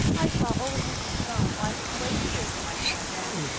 i saw old mrs. sloane wiping away tears when i sat down.